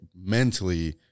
mentally